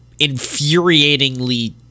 infuriatingly